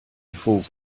falls